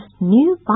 new